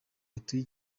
batuye